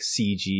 CG